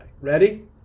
ready